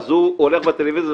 אז הוא הולך לטלוויזיה.